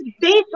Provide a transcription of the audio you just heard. based